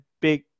big